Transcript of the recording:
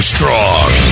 Strong